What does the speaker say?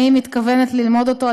אני מתכוונת ללמוד אותו,